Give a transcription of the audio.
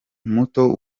muto